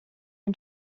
این